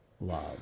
love